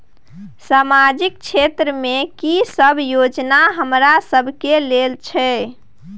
सामाजिक क्षेत्र में की सब योजना हमरा सब के लेल छै?